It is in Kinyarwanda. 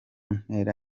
ntera